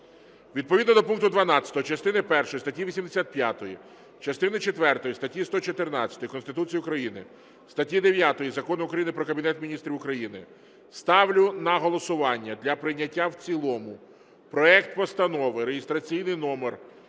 Відповідно до пункту 12 частини першої статті 85, частини четвертої статті 114 Конституції України, статті 9 Закону України "Про Кабінет Міністрів України" ставлю на голосування для прийняття в цілому проект Постанови (реєстраційний номер